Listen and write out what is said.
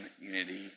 unity